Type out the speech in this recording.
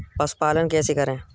पशुपालन कैसे करें?